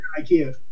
Ikea